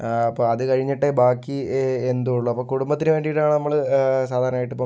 ആ അപ്പം അത് കഴിഞ്ഞിട്ടേ ബാക്കി എന്തും ഉള്ളൂ അപ്പോൾ കുടുംബത്തിന് വേണ്ടിയിട്ടാണ് നമ്മൾ സാധാരണയായിട്ട് ഇപ്പം